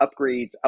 upgrades